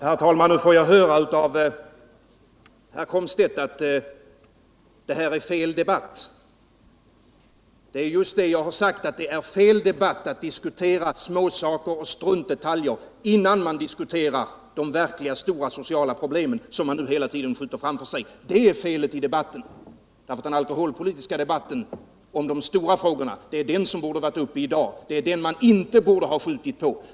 Herr talman! Nu får jag höra av herr Komstedt att detta är fel debatt. Det är just vad jag sagt, att det är fel att diskutera småsaker och struntdetaljer innan man diskuterat de verkligt stora sociala problemen, som man nu hela tiden skjuter framför sig. Det är felet i debatten. Vi borde i dag ha haft en alkoholpolitisk debatt om de stora frågorna. Den debatten borde man inte ha skjutit på.